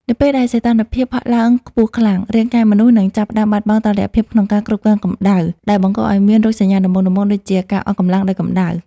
នៅពេលដែលសីតុណ្ហភាពហក់ឡើងខ្ពស់ខ្លាំង រាងកាយមនុស្សនឹងចាប់ផ្តើមបាត់បង់តុល្យភាពក្នុងការគ្រប់គ្រងកម្ដៅ ដែលបង្កឱ្យមានរោគសញ្ញាដំបូងៗដូចជា ការអស់កម្លាំងដោយកម្ដៅ។